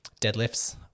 deadlifts